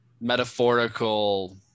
metaphorical